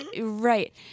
right